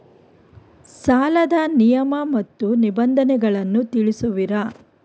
ಸಾಲದ ನಿಯಮ ಮತ್ತು ನಿಬಂಧನೆಗಳನ್ನು ತಿಳಿಸುವಿರಾ?